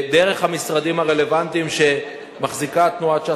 דרך המשרדים הרלוונטיים שמחזיקה תנועת ש"ס,